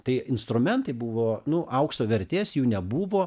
tai instrumentai buvo nu aukso vertės jų nebuvo